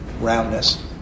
roundness